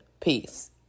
Peace